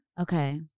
Okay